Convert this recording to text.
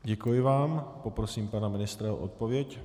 Děkuji vám a poprosím pana ministra o odpověď.